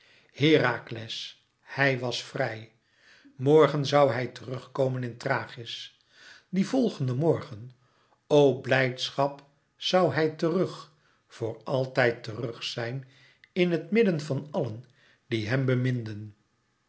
herakles hij was vrij morgen zoû hij terug komen in thrachis dien volgenden morgen o blijdschap zoû hij terug voor altijd terug zijn in het midden van àllen die hem